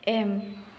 M